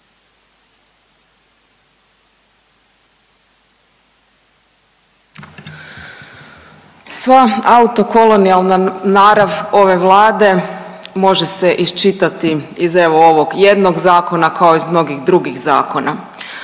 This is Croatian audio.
Sva autokolonijalna narav ove Vlade može se iščitati iz evo ovog jednog zakona kao i mnogih drugih zakona.